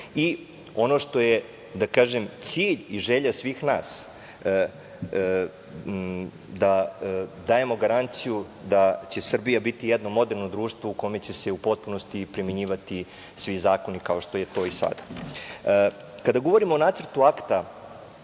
Ono što je cilj i želja svih nas, jeste da dajemo garanciju da će Srbija biti jedno moderno društvo u kome će se u potpunosti primenjivati svi zakoni, kao što je to i sada. Kada govorimo o nacrtu akta,